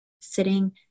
sitting